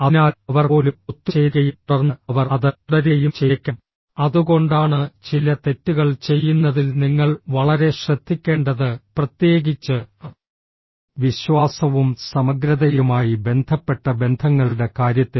അതിനാൽ അവർ പോലും ഒത്തുചേരുകയും തുടർന്ന് അവർ അത് തുടരുകയും ചെയ്തേക്കാം അതുകൊണ്ടാണ് ചില തെറ്റുകൾ ചെയ്യുന്നതിൽ നിങ്ങൾ വളരെ ശ്രദ്ധിക്കേണ്ടത് പ്രത്യേകിച്ച് വിശ്വാസവും സമഗ്രതയുമായി ബന്ധപ്പെട്ട ബന്ധങ്ങളുടെ കാര്യത്തിൽ